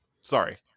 sorry